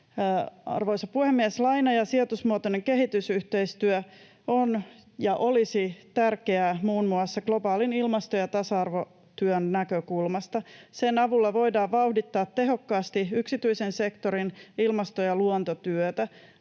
Arvoisa puhemies! Laina- ja sijoitusmuotoinen kehitysyhteistyö on ja olisi tärkeää muun muassa globaalin ilmasto- ja tasa-arvotyön näkökulmasta. Sen avulla voidaan vauhdittaa tehokkaasti yksityisen sektorin ilmasto- ja luontotyötä.